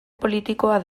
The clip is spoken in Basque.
politikoa